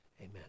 Amen